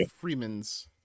freemans